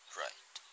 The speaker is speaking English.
right